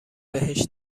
بهش